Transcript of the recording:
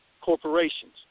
corporations